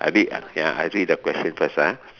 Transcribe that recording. I read ya I read the question first ah